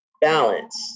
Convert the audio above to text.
Balance